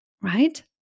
right